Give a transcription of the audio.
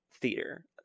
theater